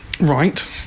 Right